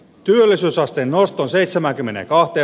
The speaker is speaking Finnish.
työllisyysasteen nosto seitsemänkymmenenkahden